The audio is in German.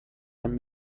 ein